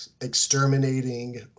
exterminating